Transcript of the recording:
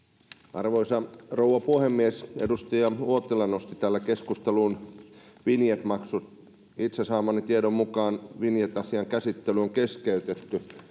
arvoisa rouva puhemies edustaja uotila nosti täällä keskusteluun vinjet maksut saamani tiedon mukaan vinjet asian käsittely on keskeytetty